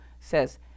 Says